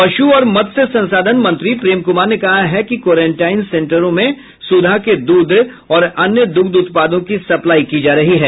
पशु और मत्स्य संसाधन मंत्री प्रेम कुमार ने कहा है कि क्वारेंटाइन सेन्टरों में सुधा के दूध और अन्य दुग्ध उत्पादों की सप्लाई की जा रही है